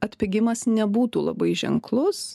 atpigimas nebūtų labai ženklus